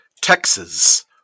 texas